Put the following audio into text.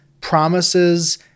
promises